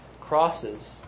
crosses